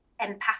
Empathic